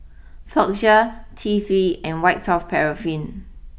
Floxia T three and White soft Paraffin